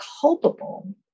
culpable